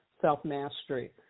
Self-Mastery